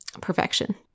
perfection